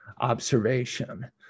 observation